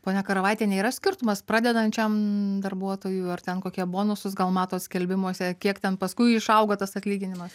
pone karavaitiene yra skirtumas pradedančiajam darbuotojui ar ten kokie bonusus gal matot skelbimuose kiek ten paskui išauga tas atlyginimas